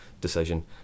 decision